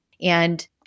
And-